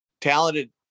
talented